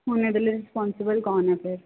ਹੁਣ ਇਹਦੇ ਲਈ ਰਿਸਪੋਂਸੀਬਲ ਕੋਣ ਹੈ ਫਿਰ